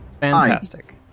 fantastic